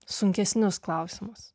sunkesnius klausimus